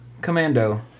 Commando